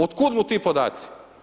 Otkud mu ti podaci.